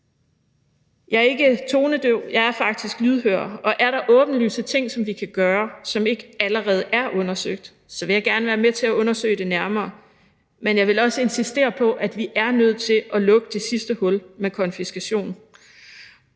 Jeg er ikke tonedøv, jeg er faktisk lydhør. Og er der åbenlyse ting, som vi kan gøre, og som ikke allerede er undersøgt, vil jeg gerne være med til at undersøge det nærmere, men jeg vil også insistere på, at vi er nødt til at lukke det sidste hul med konfiskation.